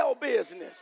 business